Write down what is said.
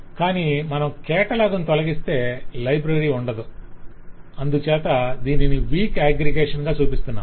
కాని మనం కేటలాగ్ను తొలగిస్తే లైబ్రరీ ఉండదు అందుచేత దీనిని వీక్ అగ్రిగేషన్ గా చూపిస్తున్నాము